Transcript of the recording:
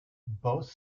both